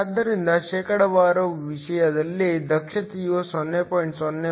ಆದ್ದರಿಂದ ಶೇಕಡಾವಾರು ವಿಷಯದಲ್ಲಿ ದಕ್ಷತೆಯು 0